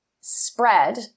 spread